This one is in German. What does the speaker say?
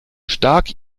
stark